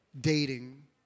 dating